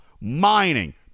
mining